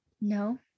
no